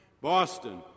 Boston